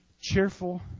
cheerful